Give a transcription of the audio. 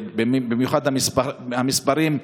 המספרים,